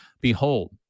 Behold